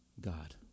God